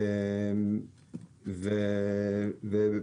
אלו הערות ספציפיות.